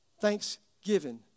Thanksgiving